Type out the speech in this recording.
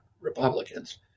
Republicans